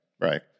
right